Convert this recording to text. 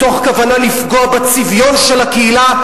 מתוך כוונה לפגוע בצביון של הקהילה,